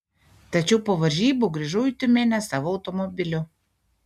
tačiau po varžybų grįžau į tiumenę savo automobiliu